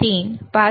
93 5